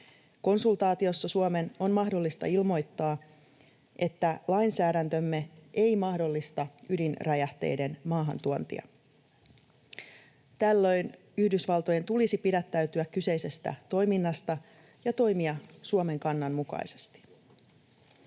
Konsultaatiossa Suomen on mahdollista ilmoittaa, että lainsäädäntömme ei mahdollista ydinräjähteiden maahantuontia. Tällöin Yhdysvaltojen tulisi pidättäytyä kyseisestä toiminnasta ja toimia Suomen kannan mukaisesti.